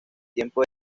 tiempo